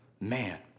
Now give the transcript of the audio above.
Man